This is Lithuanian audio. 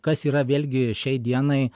kas yra vėlgi šiai dienai